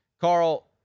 Carl